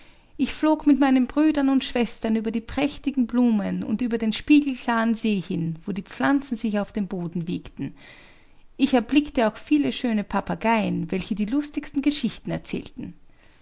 ich flog mit meinen brüdern und schwestern über die prächtigen blumen und über den spiegelklaren see hin wo die pflanzen sich auf dem boden wiegten ich erblickte auch viel schöne papageien welche die lustigsten geschichten erzählten